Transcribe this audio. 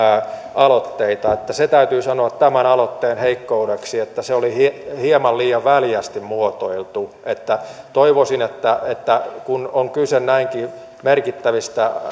aloitteita että se täytyy sanoa tämän aloitteen heikkoudeksi että se oli hieman liian väljästi muotoiltu toivoisin että että kun on kyse näinkin merkittävistä